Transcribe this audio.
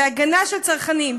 בהגנה על צרכנים,